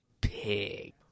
Pig